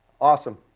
Awesome